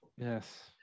yes